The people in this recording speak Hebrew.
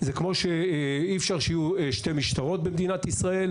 זה כמו שאי-אפשר שיהיו שתי משטרות במדינת ישראל,